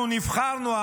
אנחנו נבחרנו,